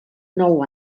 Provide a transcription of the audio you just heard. nou